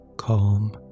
calm